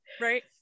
right